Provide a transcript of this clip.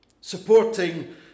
supporting